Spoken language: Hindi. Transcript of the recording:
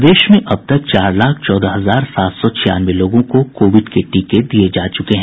प्रदेश में अब तक चार लाख चौदह हजार सात सौ छियानवे लोगों को कोविड के टीके दिये जा चुके हैं